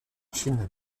chine